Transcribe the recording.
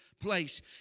place